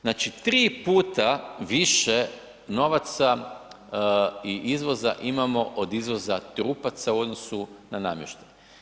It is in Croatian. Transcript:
Znači tri puta više novaca i izvoza imamo od izvoza trupaca u odnosu na namještaj.